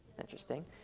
Interesting